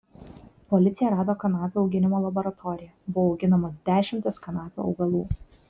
policija rado kanapių auginimo laboratoriją buvo auginamos dešimtys kanapių augalų